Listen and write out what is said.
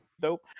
dope